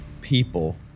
people